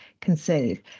conceive